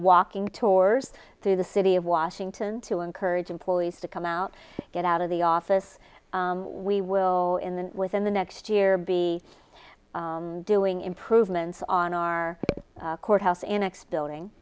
walking tours through the city of washington to encourage employees to come out get out of the office we will in the within the next year be doing improvements on our courthouse annex building